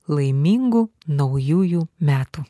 laimingų naujųjų metų